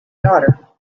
daughter